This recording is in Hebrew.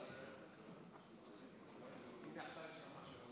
הינה עכשיו,